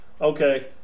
Okay